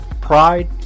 Pride